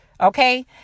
okay